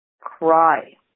cry